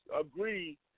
agree